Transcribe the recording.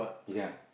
ya